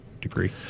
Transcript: degree